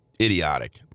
idiotic